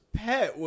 pet